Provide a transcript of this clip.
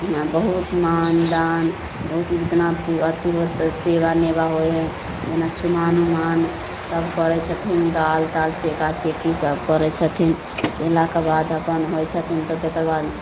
हिआँ बहुत मान दान बहुत ही जतना अथी होत सेवा नेवा होइ हइ जेना चुमाओन उमाओन सब करै छथिन गाल ताल सेका सेकी सब करै छथिन कएलाके बाद अपन होइ छथिन तऽ तकर बाद